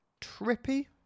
trippy